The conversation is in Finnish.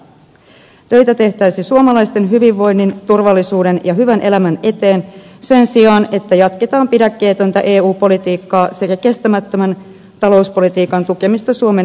töitä pitäisi tehdä suomalaisten hyvinvoinnin turvallisuuden ja hyvän elämän eteen sen sijaan että jatketaan pidäkkeetöntä eu politiikkaa sekä kestämättömän talouspolitiikan tukemista suomen verorahoin